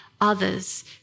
others